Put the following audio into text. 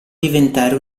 diventare